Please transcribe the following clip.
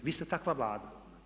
Vi ste takva Vlada.